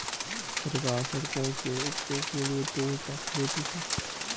सरकार सड़कों के उपयोग के लिए टोल टैक्स लेती है